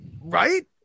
Right